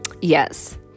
Yes